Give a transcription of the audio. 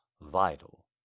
vital